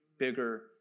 bigger